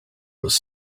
was